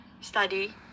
study